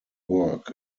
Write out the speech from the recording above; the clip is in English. work